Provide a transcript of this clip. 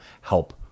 help